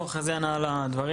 לא, חזי ענה על הדברים.